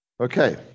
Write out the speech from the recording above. Okay